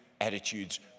attitudes